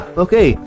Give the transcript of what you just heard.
okay